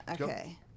Okay